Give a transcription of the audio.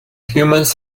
humans